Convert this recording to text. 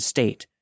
State